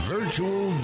Virtual